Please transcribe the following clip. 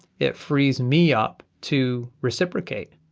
it frees me up to reciprocate.